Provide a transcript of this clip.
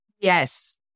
Yes